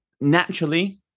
naturally